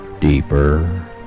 Deeper